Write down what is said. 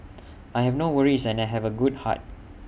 I have no worries and I have A good heart